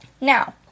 Now